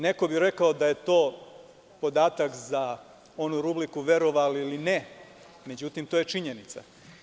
Neko bi rekao da je to podatak za onu rubriku „Verovali ili ne“, međutim, to je činjenica.